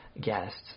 guests